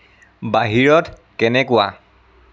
বাহিৰত কেনেকুৱা